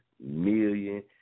million